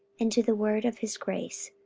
and to the word of his grace,